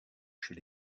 chez